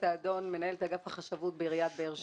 אני מנהלת אגף החשבות בעיריית באר שבע.